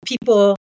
people